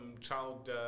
child